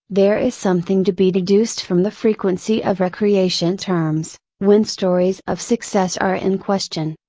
there is something to be deduced from the frequency of recreation terms, when stories of success are in question.